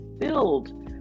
filled